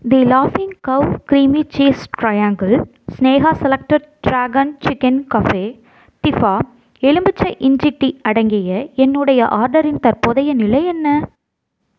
தி லாஃபிங் cow creamy cheese triangle Sneha selected dragon chicken cafe டிபா எலும்பிச்சை இஞ்சி டீ அடங்கிய என்னுடைய ஆர்டரின் தற்போதைய நிலை என்ன